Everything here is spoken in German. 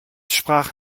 sprach